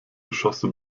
geschosse